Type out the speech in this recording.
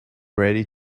ready